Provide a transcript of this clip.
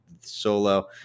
solo